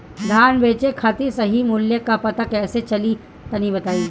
धान बेचे खातिर सही मूल्य का पता कैसे चली तनी बताई?